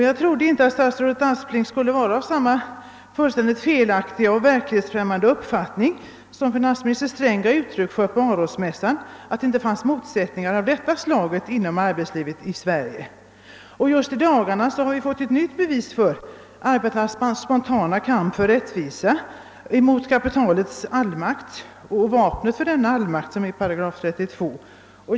Jag trodde inte att statsrådet Aspling skulle ha samma fullständigt felaktiga och verklighetsfrämmande uppfattning som «finansminister Sträng gav uttryck för på Arosmässan, nämligen att det inte finns motsättningar av detta slag inom arbetslivet i Sve rige. Just i dagarna har vi fått ett nytt bevis på arbetarnas spontana kamp för rättvisa mot kapitalets allmakt; vapnet för denna allmakt är § 32.